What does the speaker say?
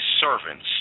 servants